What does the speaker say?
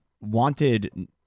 wanted